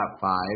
five